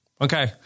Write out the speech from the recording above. Okay